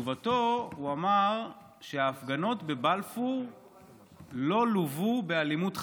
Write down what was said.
ובתשובתו הוא אמר שההפגנות בבלפור לא לווו באלימות חריגה.